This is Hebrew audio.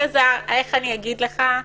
אלעזר, איך אגיד לך?